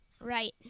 Right